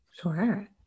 Sure